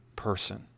person